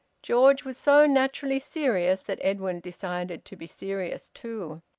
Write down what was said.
george was so naturally serious that edwin decided to be serious too.